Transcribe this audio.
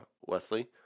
Wesley